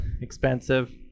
expensive